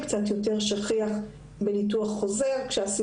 זה קצת יותר שכיח בניתוח חוזר,